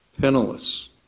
penniless